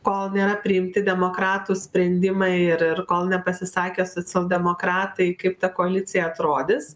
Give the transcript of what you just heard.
kol nėra priimti demokratų sprendimai ir ir kol nepasisakė socialdemokratai kaip ta koalicija atrodys